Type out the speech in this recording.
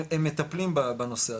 הם מטפלים בנושא הזה,